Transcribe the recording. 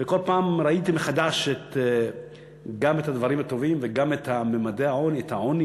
וכל פעם ראיתי מחדש גם את הדברים הטובים אבל גם את ממדי העוני,